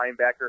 linebacker